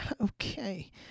okay